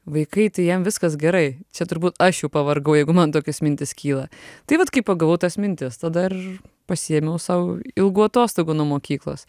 vaikai tai jiem viskas gerai čia turbūt aš jau pavargau jeigu man tokios mintys kyla tai vat kai pagalvau tas mintis tada ir pasiėmiau sau ilgų atostogų nuo mokyklos